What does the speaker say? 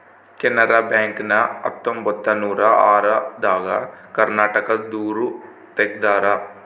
Canara bank ನ ಹತ್ತೊಂಬತ್ತನೂರ ಆರ ದಾಗ ಕರ್ನಾಟಕ ದೂರು ತೆಗ್ದಾರ